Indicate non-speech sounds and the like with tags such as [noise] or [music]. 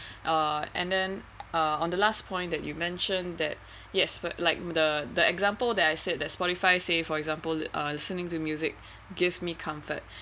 uh and then uh on the last point that you mentioned that yes but like the the example that I said that Spotify say for example uh listening to music [breath] gives me comfort [breath]